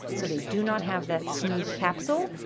so they do not have that smooth capsule,